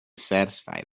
satisfy